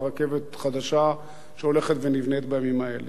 רכבת חדשה שהולכת ונבנית בימים האלה.